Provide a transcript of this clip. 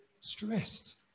stressed